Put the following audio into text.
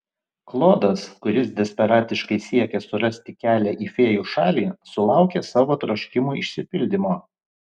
klodas kuris desperatiškai siekė surasti kelią į fėjų šalį sulaukė savo troškimų išsipildymo